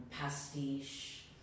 pastiche